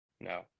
No